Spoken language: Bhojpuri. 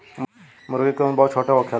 मूर्गी के उम्र बहुत छोट होखेला